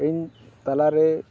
ᱤᱧ ᱛᱟᱞᱟᱨᱮ